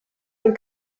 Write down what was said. ein